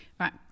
right